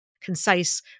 concise